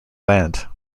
land